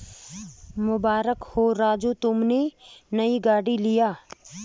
मुबारक हो राजू तुमने नया गाड़ी लिया